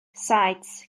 saets